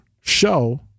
show